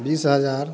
बीस हज़ार